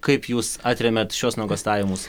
kaip jūs atremiat šiuos nuogąstavimus